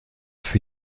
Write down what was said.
für